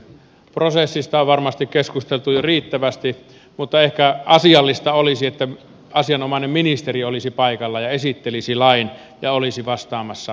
prosessista on varmasti keskusteltu jo riittävästi mutta ehkä asiallista olisi että asianomainen ministeri olisi paikalla ja esittelisi lain ja olisi vastaamassa kysymyksiin